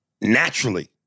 naturally